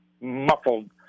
muffled